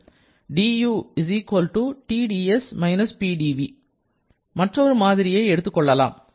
du TdS - Pdv மற்றொரு மாதிரியை எடுத்துக் கொள்ளலாம்